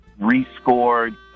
rescored